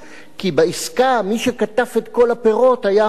כי בעסקה, מי שקטף את כל הפירות היה ה"חמאס",